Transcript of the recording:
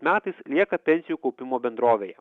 metais lieka pensijų kaupimo bendrovėje